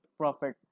profit